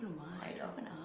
wide, open